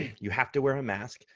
you have to wear a mask,